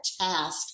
task